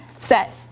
set